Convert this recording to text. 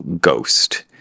ghost